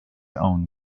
own